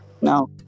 Now